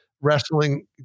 wrestling